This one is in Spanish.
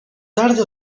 tarde